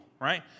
right